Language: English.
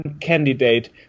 candidate